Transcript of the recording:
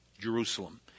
Jerusalem